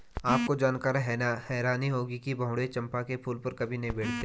आपको जानकर हैरानी होगी कि भंवरे चंपा के फूल पर कभी नहीं बैठते